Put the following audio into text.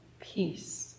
peace